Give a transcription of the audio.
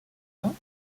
ans